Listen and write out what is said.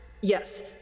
Yes